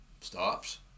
stops